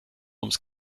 ums